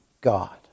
God